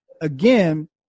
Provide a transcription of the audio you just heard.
again